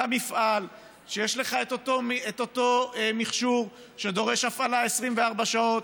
אתה מפעל שיש לו את אותו מכשור שדורש הפעלה 24 שעות,